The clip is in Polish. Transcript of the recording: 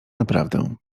naprawdę